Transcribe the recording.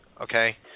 Okay